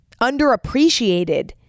underappreciated